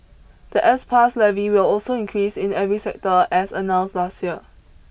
the S Pass levy will also increase in every sector as announced last year